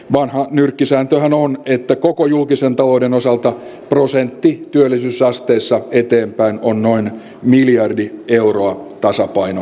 vanha nyrkkisääntöhän on että koko julkisen talouden osalta prosentti työllisyysasteessa eteenpäin on noin miljardi euroa tasapainovaikutuksena